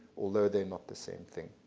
although they're not the same thing.